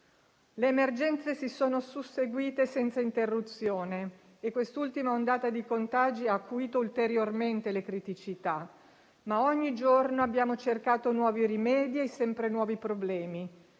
Le emergenze si sono susseguite senza interruzione e quest'ultima ondata di contagi ha acuito ulteriormente le criticità, ma ogni giorno abbiamo cercato nuovi rimedi ai sempre nuovi problemi,